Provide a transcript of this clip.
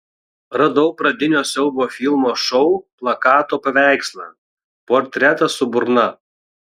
radau pradinio siaubo filmo šou plakato paveikslą portretą su burna